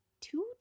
two